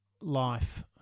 life